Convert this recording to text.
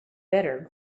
better